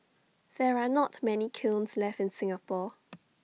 there are not many kilns left in Singapore